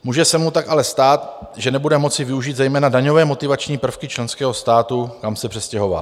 Může se mu tak ale stát, že nebude moci využít zejména daňové motivační prvky členského státu, kam se přestěhoval.